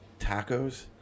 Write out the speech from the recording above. tacos